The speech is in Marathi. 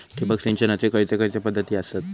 ठिबक सिंचनाचे खैयचे खैयचे पध्दती आसत?